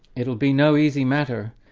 it'll be no easy matter,